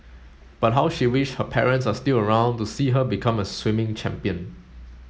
but how she wished her parents are still around to see her become a swimming champion